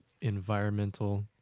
environmental